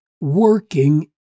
working